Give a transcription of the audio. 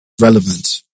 relevant